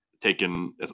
taken